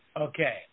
Okay